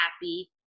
happy